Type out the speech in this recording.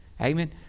Amen